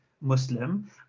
Muslim